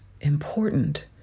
important